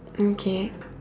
okay